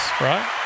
right